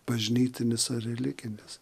bažnytinis ar religinis